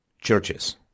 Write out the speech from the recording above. churches